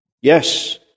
Yes